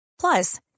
Plus